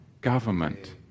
government